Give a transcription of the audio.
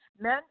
Men